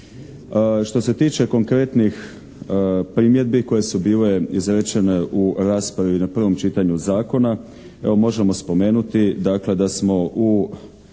Što se tiče konkretnih primjedbi koje su bile izrečene u raspravi na prvom čitanju zakona evo možemo spomenuti da smo